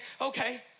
Okay